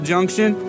Junction